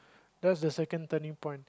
that's the second turning point